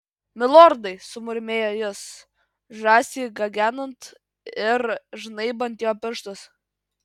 milordai sumurmėjo jis žąsiai gagenant ir žnaibant jo pirštus